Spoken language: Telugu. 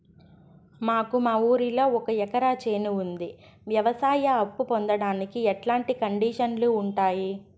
నాకు మా ఊరిలో ఒక ఎకరా చేను ఉంది, వ్యవసాయ అప్ఫు పొందడానికి ఎట్లాంటి కండిషన్లు ఉంటాయి?